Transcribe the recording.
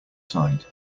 side